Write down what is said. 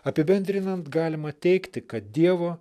apibendrinant galima teigti kad dievo